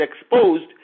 exposed